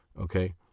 Okay